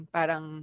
Parang